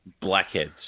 blackheads